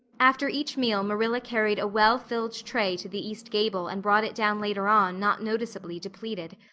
after each meal marilla carried a well-filled tray to the east gable and brought it down later on not noticeably depleted.